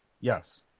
Yes